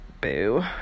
boo